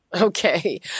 Okay